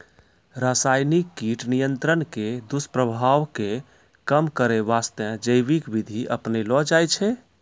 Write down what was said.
रासायनिक कीट नियंत्रण के दुस्प्रभाव कॅ कम करै वास्तॅ जैविक विधि अपनैलो जाय छै